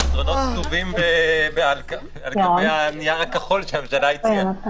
הפתרונות כתובים על גבי הנייר הכחול שהממשלה הציעה,